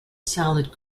salad